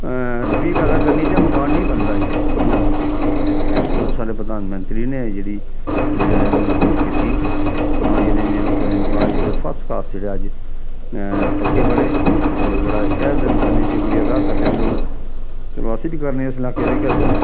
रुट्टी पैदा करनी जां मकान नेईं बनदा अजकल्ल ना ओह् साढ़े प्रधानमंत्री ने जेह्ड़ी मदद कीती तां जेह्ड़े इन्ने लोकें दे मकान जेह्ड़े फर्स्ट क्लास जेह्ड़े अज्ज पक्के बने होर बड़ा तहे दिल कन्नै शुक्रिया अदा करदे न लोक चलो अस बी करने आं इस इलाके दे के अस नेईं